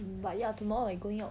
but ya tomorrow I going out